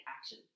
action